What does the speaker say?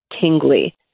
tingly